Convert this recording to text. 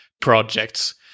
projects